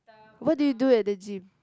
what do you do at the gym